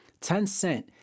Tencent